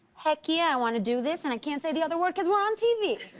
heck ya i want to do this. and i can't say the other word because we're on tv.